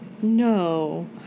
No